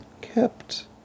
Kept